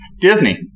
Disney